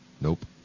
nope